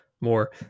more